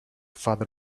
father